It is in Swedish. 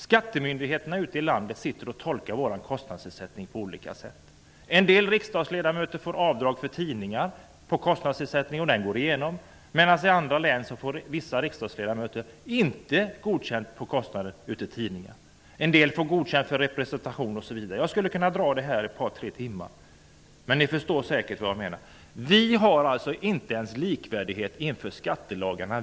Skattemyndigheterna ute i landet tolkar vår kostnadsersättning på olika sätt. En del riksdagsledamöter får på kostnadsersättningen avdrag för tidningar; det går alltså igenom. I andra län får vissa riksdagsledamöter inte godkänt för kostnaden av tidningar. En del får sin representation godkänd osv. Jag skulle kunna dra fram olika exempel i ett par tre timmar, men ni förstår säkert vad jag menar. Inte ens vi riksdagsledamöter är likvärdiga inför skattelagarna.